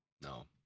No